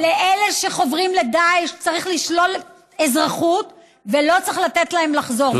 לאלה שחוברים לדאעש צריך לשלול אזרחות ולא צריך לתת להם לחזור.